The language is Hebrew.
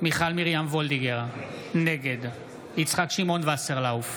מיכל מרים וולדיגר, נגד יצחק שמעון וסרלאוף,